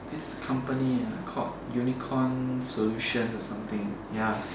this company ah called Unicorn solutions or something ya